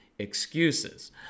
excuses